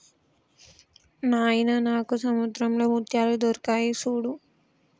నాయిన నాకు సముద్రంలో ముత్యాలు దొరికాయి సూడు